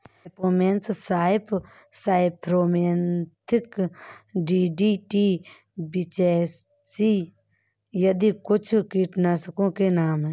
propane फॉक्स, cypermethrin, DDT, BHC आदि कुछ कीटनाशकों के नाम हैं